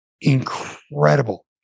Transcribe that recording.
incredible